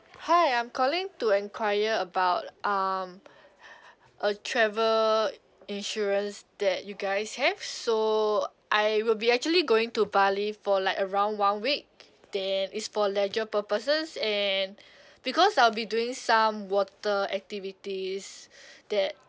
hi I'm calling to enquire about um a travel insurance that you guys have so I will be actually going to bali for like around one week then it's for leisure purposes and because I'll be doing some water activities that